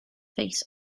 face